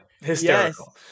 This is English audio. Hysterical